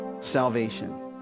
salvation